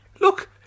Look